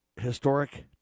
historic